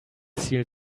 seals